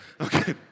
Okay